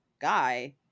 guy